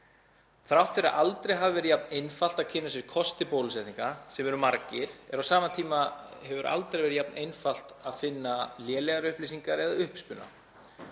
Þrátt fyrir að aldrei hafi verið jafn einfalt að kynna sér kosti bólusetninga, sem eru margir, hefur á sama tíma aldrei verið jafn einfalt að finna lélegar upplýsingar eða uppspuna.